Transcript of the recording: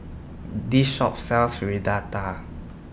This Shop sells Fritada